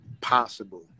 possible